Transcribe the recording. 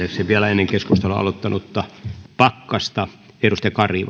vielä ennen keskustelun aloittanutta edustaja pakkasta edustaja kari